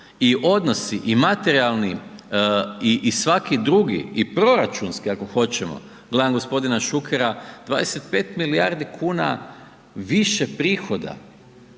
I odnosi i materijalni i svaki drugi i proračunski ako hoćemo, gledam gospodina Šukera, 25 milijardi kuna više prihoda